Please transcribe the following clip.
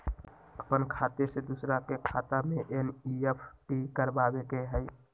अपन खाते से दूसरा के खाता में एन.ई.एफ.टी करवावे के हई?